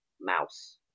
mouse